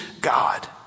God